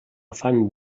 fan